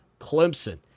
Clemson